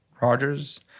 Rogers